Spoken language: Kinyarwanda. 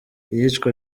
iyicwa